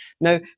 Now